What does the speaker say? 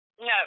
No